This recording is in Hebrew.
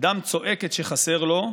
"אדם צועק את שחסר לו.